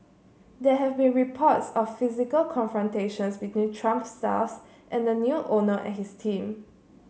there have been reports of physical confrontations between Trump staff and the new owner and his team